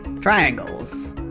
Triangles